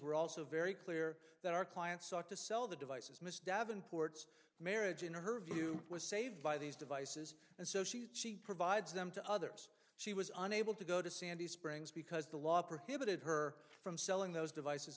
were also very clear that our clients ought to sell the devices miss davenport's marriage in her view was saved by these devices and so she provides them to others she was unable to go to sandy springs because the law prohibited her from selling those devices